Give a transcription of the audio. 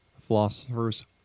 philosophers